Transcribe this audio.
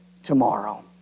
tomorrow